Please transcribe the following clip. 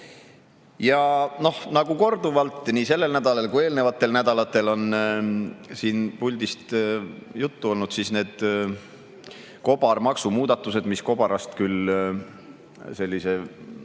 Ja korduvalt, nii sellel nädalal kui eelnevatel nädalatel, on siin puldis juttu olnud kobarmaksumuudatustest, mis kobarast küll sellise